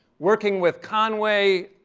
working with conway,